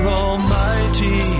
almighty